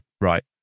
Right